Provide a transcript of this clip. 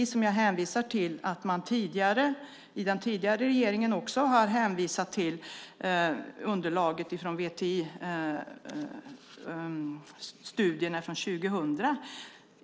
Som jag sade har även den tidigare regeringen hänvisat till underlaget i VTI-studierna från 2000.